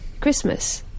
Christmas